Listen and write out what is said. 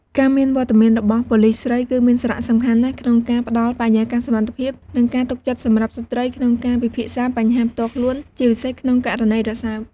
ការមានវត្តមានរបស់ ប៉ូលិសស្រី គឺមានសារៈសំខាន់ណាស់ក្នុងការផ្តល់បរិយាកាសសុវត្ថិភាព និងការទុកចិត្តសម្រាប់ស្ត្រីក្នុងការពិភាក្សាបញ្ហាផ្ទាល់ខ្លួន ជាពិសេសក្នុងករណីរសើប។